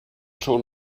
schon